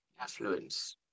affluence